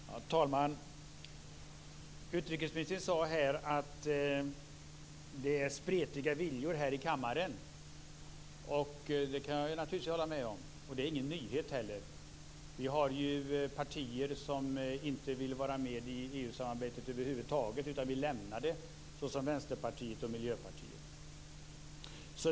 Herr talman! Utrikesministern sade att det är spretiga viljor här i kammaren. Det kan jag naturligtvis hålla med om. Det är ingen nyhet heller. Vi har ju partier som inte vill vara med i EU-samarbetet över huvud taget utan vill lämna det, såsom Vänsterpartiet och Miljöpartiet.